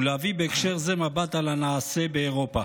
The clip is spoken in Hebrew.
ולהביא בהקשר זה מבט על הנעשה באירופה.